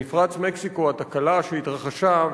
במפרץ מקסיקו התקלה שהתרחשה,